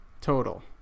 total